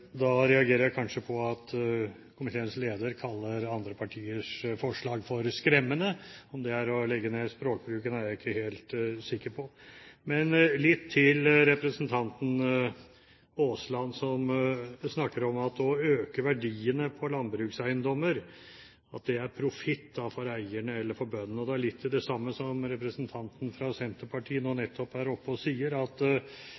jeg reagerer på at komiteens leder kaller andre partiers forslag for «skremmende». Om det er å dempe språkbruken, er jeg ikke helt sikker på. Men litt til representanten Aasland, som snakker om at å øke verdiene på landbrukseiendommer er profitt for eierne – eller for bøndene. Noe av det samme var representanten fra Senterpartiet